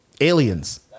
aliens